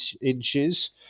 inches